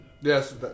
Yes